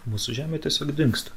mūsų žemė tiesiog dingsta